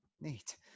Neat